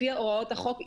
לפי הוראות החוק,